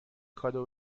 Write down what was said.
کادو